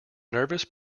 nervous